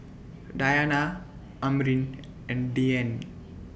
Dayana Amrin and Dian